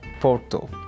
Porto